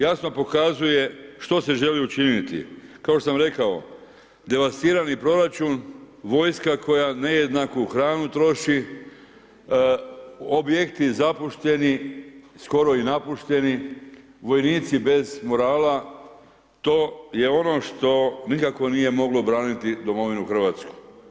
Jasno pokazuje što se želi učiniti, kao što sam rekao devastirani proračun, vojska koja nejednaku hranu troši, objekti zapušteni skoro i napušteni, vojnici bez morala, to je ono što nikako nije moglo braniti domovinu Hrvatskoj.